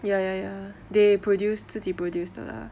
ya ya ya they produce 自己 produce 的 lah